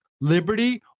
liberty